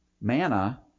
Manna